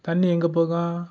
தண்ணி எங்கே போகும்